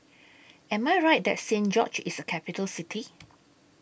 Am I Right that Saint George's IS A Capital City